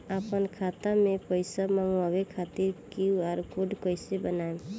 आपन खाता मे पईसा मँगवावे खातिर क्यू.आर कोड कईसे बनाएम?